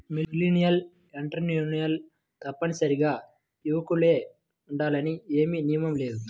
millennial ఎంటర్ప్రెన్యూర్లు తప్పనిసరిగా యువకులే ఉండాలని ఏమీ నియమం లేదు